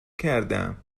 کردهام